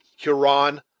Huron